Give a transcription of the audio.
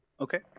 Okay